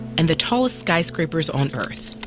and the tallest skyscrapers on earth.